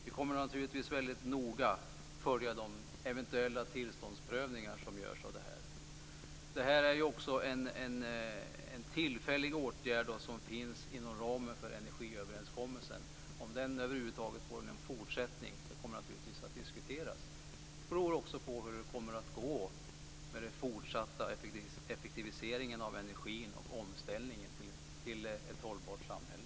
Vi kommer naturligtvis att följa de eventuella tillståndsprövningar som görs av detta väldigt noga. Detta är en tillfällig åtgärd som finns inom ramen för energiöverenskommelsen. Det kommer naturligtvis att diskuteras om den över huvud taget ska få en fortsättning. Det beror också på hur det kommer att gå med den fortsatta effektiviseringen av energin och omställningen till ett hållbart samhälle.